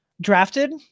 drafted